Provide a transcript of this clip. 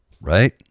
Right